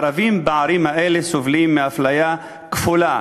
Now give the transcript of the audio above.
הערבים בערים האלה סובלים מאפליה כפולה,